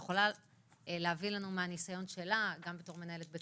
יכול להביא לנו מהניסיון שלה גם בתור מנהלת בית